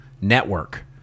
network